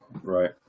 right